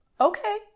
okay